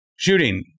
Shooting